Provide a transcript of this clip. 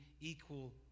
equal